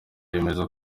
yemeza